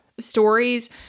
stories